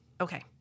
Okay